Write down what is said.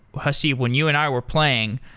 hasseb, when you and i were playing,